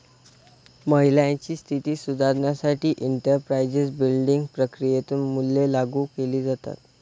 महिलांची स्थिती सुधारण्यासाठी एंटरप्राइझ बिल्डिंग प्रक्रियेतून मूल्ये लागू केली जातात